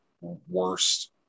worst